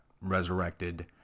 resurrected